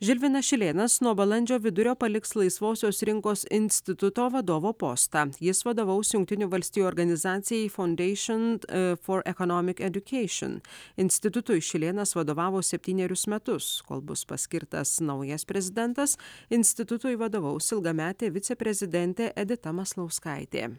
žilvinas šilėnas nuo balandžio vidurio paliks laisvosios rinkos instituto vadovo postą jis vadovaus jungtinių valstijų organizacijai fondeišn fo ekonomic edukeišn institutui šilėnas vadovavo septynerius metus kol bus paskirtas naujas prezidentas institutui vadovaus ilgametė viceprezidentė edita maslauskaitė